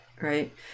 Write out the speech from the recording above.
right